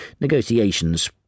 Negotiations